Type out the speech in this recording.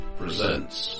presents